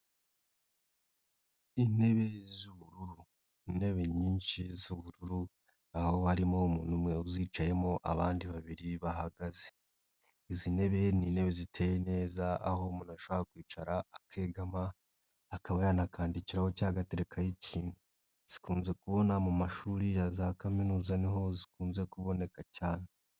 Intebe z'ubururu, ni intebe nyinshi z'ubururu aho harimo umuntu umwe uzicayemo abandi babiri bahagaze, izi ntebe ni intebe ziteye neza aho umuntu ashobora kwicara akegama akaba yanakandikiraho cyangwa agaterekaho ikintu, zikunze kubonwa mu mashuri ya za kaminuza ni ho zikunze kuboneka cyane.